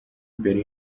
mbere